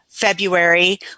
February